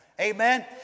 Amen